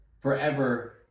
forever